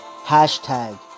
Hashtag